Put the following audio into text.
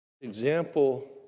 example